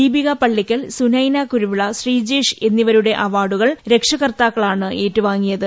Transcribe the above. ദീപിക പള്ളിക്കൽ സുനൈന കുരുവിള ശ്രീജേഷ് എന്നിവരുടെ അവാർഡ് രക്ഷകർത്താക്കളാണ് ഏറ്റുവാങ്ങിയത്